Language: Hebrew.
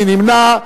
מי נמנע?